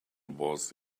was